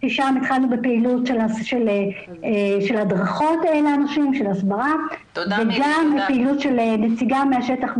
ששם התחלנו בפעילות של הדרכות והסברה לאנשים וגם פעילות של נציגה מהשטח,